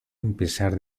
empezar